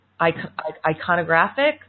iconographic